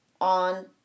on